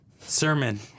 Sermon